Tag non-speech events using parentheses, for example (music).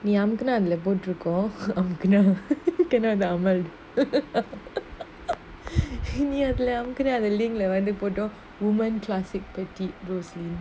நீ அமுக்குனா அதுல போட்டிருக்கு:nee amukunaa athula potiruku (noise) அமுக்குனா:amukunaa (laughs) cannot the amalt (laughs) நீ அதுல அமுக்குன அந்த:nee athula amukuna antha link lah வந்து:vanthu photo women classic பத்தி:pathi rosaline